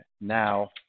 now